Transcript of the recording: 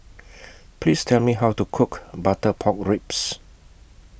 Please Tell Me How to Cook Butter Pork Ribs